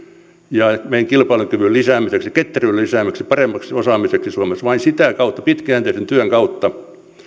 ja meidän kilpailukyvyn lisäämiseksi ketteryyden lisäämiseksi paremmaksi osaamiseksi suomessa vain sitä kautta pitkäjänteisen työn kautta